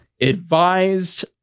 advised